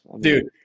Dude